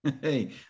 Hey